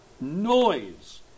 noise